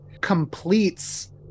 completes